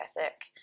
ethic